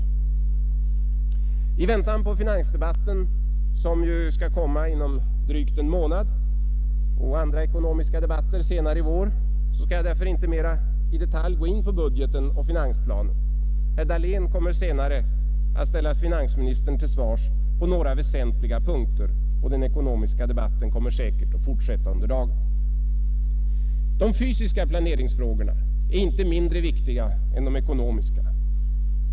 I väntan på den finansdebatt som skall komma inom drygt en månad, och andra ekonomiska debatter senare i vår, skall jag emellertid inte i detalj gå in på budgeten och finansplanen. Herr Dahlén kommer senare att ställa finansministern till svars på några väsentliga punkter, och den ekonomiska debatten kommer säkert att fortsätta under dagen. De fysiska planeringsfrågorna är inte mindre viktiga än de ekonomiska.